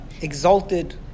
Exalted